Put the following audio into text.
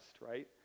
right